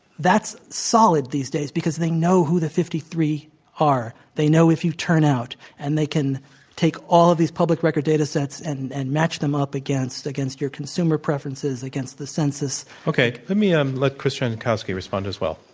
that's solid these days because they know who the fifty three are. they know if you turn out and they can take all of these public record data sets and and match them up against against your consumer preferences against the census okay. let me um let chris jankowski respond as well.